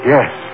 Yes